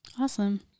Awesome